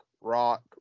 rock